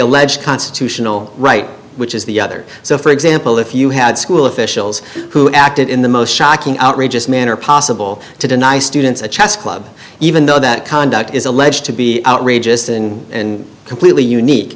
alleged constitutional right which is the other so for example if you had school officials who acted in the most shocking outrageous manner possible to deny students a chess club even though that conduct is alleged to be outrageous and in completely unique